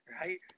right